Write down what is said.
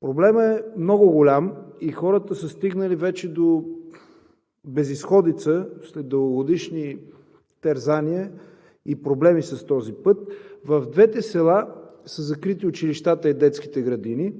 Проблемът е много голям и хората са стигнали вече до безизходица след дългогодишни терзания и проблеми с този път. В двете села са закрити училищата и детските градини,